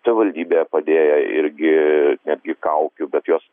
savivaldybėje padėję irgi netgi kaukių bet jos